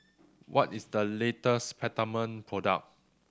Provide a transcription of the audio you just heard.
what is the latest Peptamen product